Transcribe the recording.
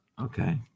Okay